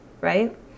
right